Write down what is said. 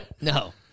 No